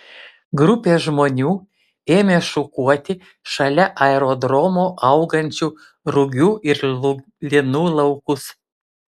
grupė žmonių ėmė šukuoti šalia aerodromo augančių rugių ir linų laukus